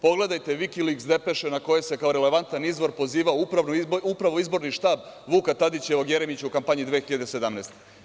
Pogledajte Vikiliks depše na koje se kao relevantan izvor pozivao upravo izborni štab Vuka Tadića Jeremića u kampanji 2017. godine.